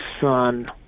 son